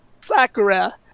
Sakura